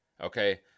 Okay